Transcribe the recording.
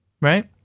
Right